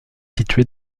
située